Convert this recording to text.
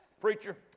Preacher